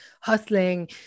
hustling